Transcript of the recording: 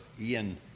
Ian